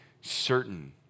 certain